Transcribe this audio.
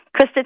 Krista